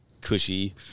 cushy